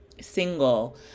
single